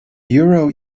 euro